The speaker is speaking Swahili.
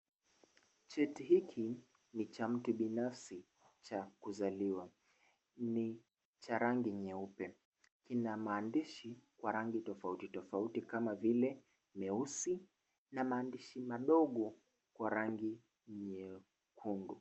Cheti hiki ni cha mtu binafsi cha kuzaliwa. Ni cha rangi nyeupe, kina maandishi wa rangi tofauti tofauti kama vile meusi na maandishi madogo ya rangi nyekundu.